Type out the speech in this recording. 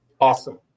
Awesome